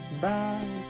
Bye